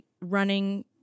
running